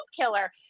killer